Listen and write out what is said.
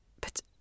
But